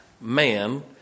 man